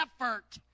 effort